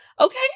okay